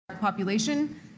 population